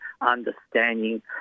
understanding